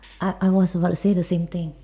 I I was about to say the same thing